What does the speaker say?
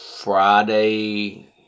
Friday